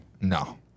No